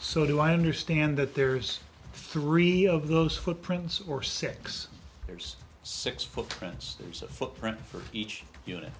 so do i understand that there's three of those footprints or six there's six footprints there's a footprint for each unit